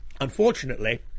Unfortunately